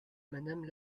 madame